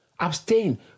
abstain